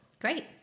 Great